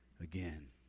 again